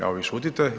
Evo vi šutite.